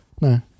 No